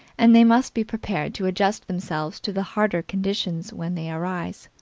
and they must be prepared to adjust themselves to the harder conditions when they arise.